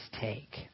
take